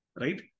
Right